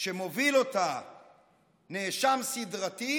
שמוביל נאשם סדרתי